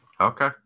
Okay